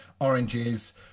oranges